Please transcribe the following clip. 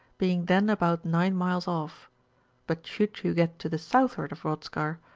being then about nine miles off but should you get to the southward of rothskar,